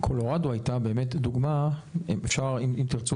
אם תרצו,